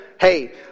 hey